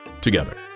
together